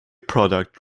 product